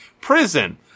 prison